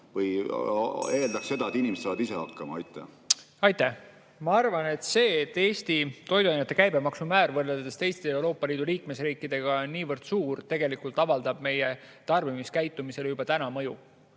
või eeldatakse seda, et inimesed saavad ise hakkama? Aitäh! Ma arvan, et see, et Eesti toiduainete käibemaksumäär võrreldes teiste Euroopa Liidu liikmesriikidega on niivõrd suur, tegelikult avaldab meie tarbimiskäitumisele juba täna mõju.